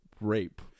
rape